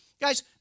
Guys